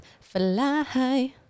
fly